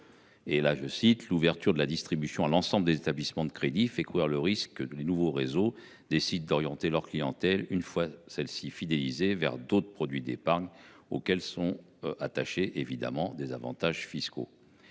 suivant :« L’ouverture de la distribution à l’ensemble des établissements de crédit fait courir le risque que les nouveaux réseaux décident d’orienter leur clientèle, une fois celle ci fidélisée, vers d’autres produits d’épargne auxquels sont attachés des avantages fiscaux.